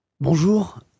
Bonjour